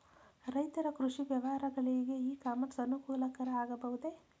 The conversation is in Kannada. ರೈತರ ಕೃಷಿ ವ್ಯವಹಾರಗಳಿಗೆ ಇ ಕಾಮರ್ಸ್ ಅನುಕೂಲಕರ ಆಗಬಹುದೇ?